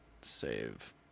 Save